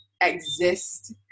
exist